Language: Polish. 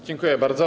Dziękuję bardzo.